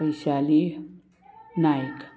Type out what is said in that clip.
Vaishali Naik